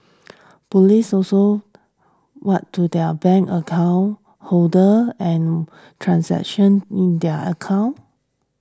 police also warn to their bank account holders and transaction in their account